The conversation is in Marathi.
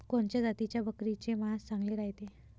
कोनच्या जातीच्या बकरीचे मांस चांगले रायते?